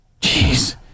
Jeez